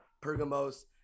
Pergamos